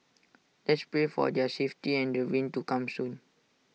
let's pray for their safety and the rains to come soon